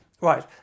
Right